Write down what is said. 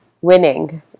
winning